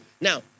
now